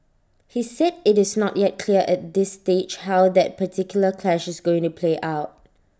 he said IT is not yet clear at this stage how that particular clash is going to play out